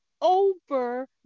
over